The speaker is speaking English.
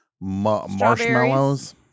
Marshmallows